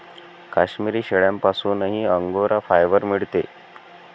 काश्मिरी शेळ्यांपासूनही angora fibre मिळते